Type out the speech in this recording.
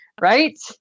Right